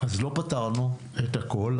אז לא פתרנו את הכול,